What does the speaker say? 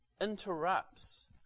interrupts